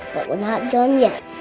we're not done yet.